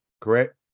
correct